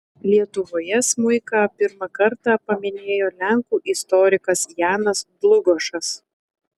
lietuvoje smuiką pirmą kartą paminėjo lenkų istorikas janas dlugošas